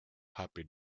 happy